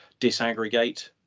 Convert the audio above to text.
disaggregate